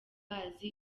bazi